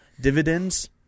dividends